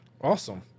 Awesome